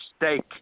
mistake